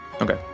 Okay